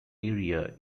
area